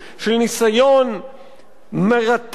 של ניסיון מרתק,